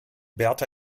berta